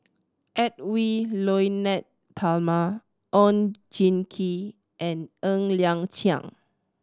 Edwy Lyonet Talma Oon Jin Gee and Ng Liang Chiang